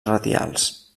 radials